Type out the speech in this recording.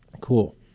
Cool